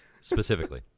Specifically